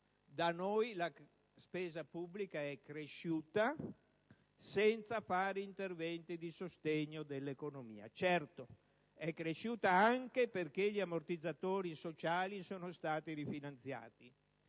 Da noi la spesa pubblica è cresciuta senza interventi di sostegno dell'economia. Certo, è cresciuta anche perché gli ammortizzatori sociali sono stati rifinanziati.